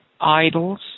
idols